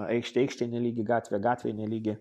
aikštė aikštei nelygi gatvė gatvei nelygi